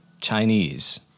chinese